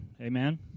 Amen